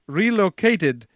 relocated